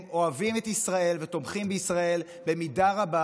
הם אוהבים את ישראל ותומכים בישראל במידה רבה